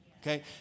Okay